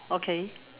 okay